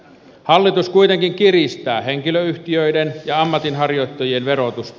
hallitus kuitenkin kiristää henkilöyhtiöiden ja ammatinharjoittajien verotusta